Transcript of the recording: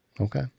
Okay